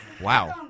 Wow